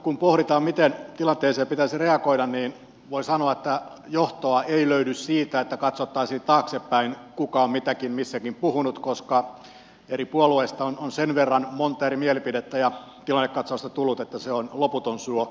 kun pohditaan miten tilanteeseen pitäisi reagoida voi sanoa että johtoa ei löydy siitä että katsottaisiin taaksepäin kuka on mitäkin missäkin puhunut koska eri puolueista on sen verran monta eri mielipidettä ja tilannekatsausta tullut että se on loputon suo